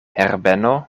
herbeno